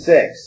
Six